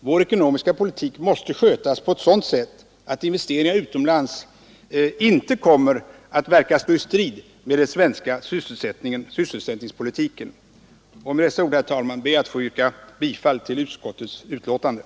Vår ekonomiska politik måste skötas så, att investeringar utomlands inte kommer att verka stå i strid mot den svenska sysselsättningspolitiken. Med dessa ord ber jag, herr talman, att få yrka bifall till utskottets hemställan.